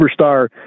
superstar